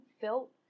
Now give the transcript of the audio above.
felt